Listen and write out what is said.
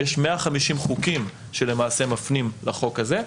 יש 150 חוקים שמפנים לחוק הזה.